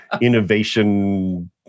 innovation